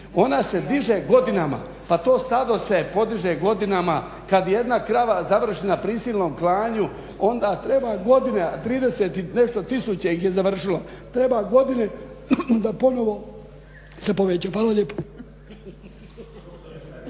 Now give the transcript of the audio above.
ona se diže godinama. Pa to stado se podiže godinama, kada jedna krava završi na prisilnom klanju onda treba godina 30 i nešto tisuća ih je završilo, treba godine da se ponovo poveća. Hvala lijepo.